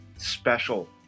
special